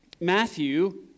Matthew